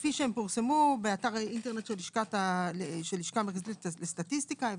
כפי שפורסו באתר האינטרנט של הלשכה המרכזית